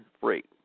freight